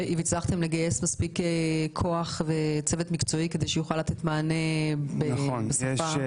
הצלחתם לגייס מספיק כוח וצוות מקצועי שיוכל לתת מענה בשפה הרלוונטית?